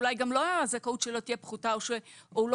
אולי גם הזכאות שלו תהיה פחותה או שהוא לא